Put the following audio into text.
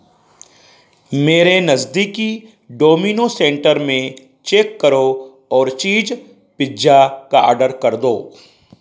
मेरे नज़दीकी Domino centre में चेक करो और चीज पिज्जा का ऑर्डर कर दो